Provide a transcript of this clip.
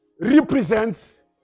represents